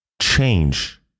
change